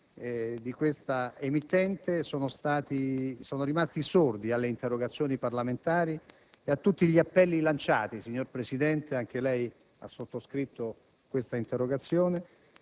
di questa emittente sono rimasti sordi alle interrogazioni parlamentari e a tutti gli appelli lanciati - signor Presidente, anche lei ha sottoscritto la presente interpellanza